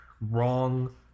wrong